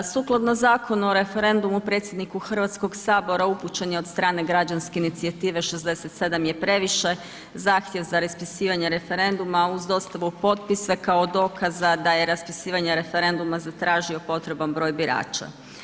Sukladno Zakonu o referendumu predsjedniku Hrvatskog sabora upućen je od strane građanske inicijative „67 je previše“ zahtjev za raspisivanje referenduma uz dostavu potpisa kao dokaza da je raspisivanje referenduma zatražio potreban broj birača.